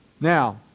Now